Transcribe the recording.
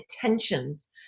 tensions